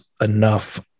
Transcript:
enough